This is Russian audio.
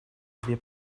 две